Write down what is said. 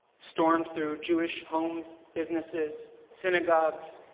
stormed through jewish homes businesses, synagogues,